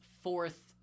fourth